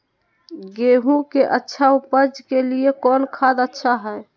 गेंहू के अच्छा ऊपज के लिए कौन खाद अच्छा हाय?